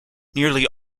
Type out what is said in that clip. nearly